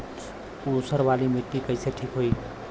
ऊसर वाली मिट्टी कईसे ठीक होई?